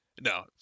No